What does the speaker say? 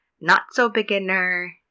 not-so-beginner